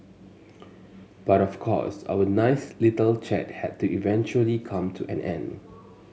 but of course our nice little chat had to eventually come to an end